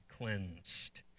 cleansed